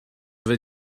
vais